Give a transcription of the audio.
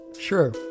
Sure